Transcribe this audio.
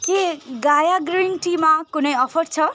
के गाया ग्रिन टीमा कुनै अफर छ